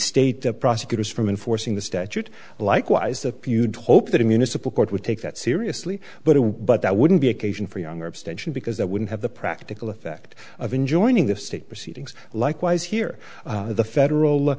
state the prosecutors from enforcing the statute likewise a few to hope that a municipal court would take that seriously but that wouldn't be occasion for younger abstention because that wouldn't have the practical effect of enjoining the state proceedings likewise here the federal law